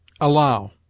ALLOW